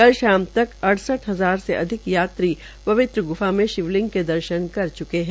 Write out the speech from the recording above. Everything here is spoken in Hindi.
कल शाम तक अड़सठ हजार से अधिक यात्री पवित्र ग्फा में शिवलिंग के दर्शन कर च्के है